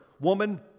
Woman